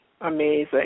Amazing